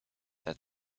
that